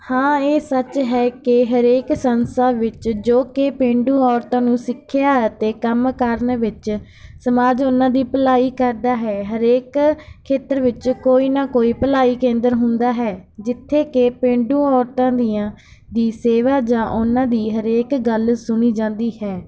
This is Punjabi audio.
ਹਾਂ ਇਹ ਸੱਚ ਹੈ ਕਿ ਹਰੇਕ ਸੰਸਥਾ ਵਿੱਚ ਜੋ ਕਿ ਪੇਂਡੂ ਔਰਤਾਂ ਨੂੰ ਸਿੱਖਿਆ ਅਤੇ ਕੰਮ ਕਰਨ ਵਿੱਚ ਸਮਾਜ ਉਨ੍ਹਾਂ ਦੀ ਭਲਾਈ ਕਰਦਾ ਹੈ ਹਰੇਕ ਖੇਤਰ ਵਿੱਚ ਕੋਈ ਨਾ ਕੋਈ ਭਲਾਈ ਕੇਂਦਰ ਹੁੰਦਾ ਹੈ ਜਿੱਥੇ ਕਿ ਪੇਂਡੂ ਔਰਤਾਂ ਦੀਆਂ ਦੀ ਸੇਵਾ ਜਾਂ ਉਨ੍ਹਾਂ ਦੀ ਹਰੇਕ ਗੱਲ ਸੁਣੀ ਜਾਂਦੀ ਹੈ